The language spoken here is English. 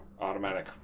Automatic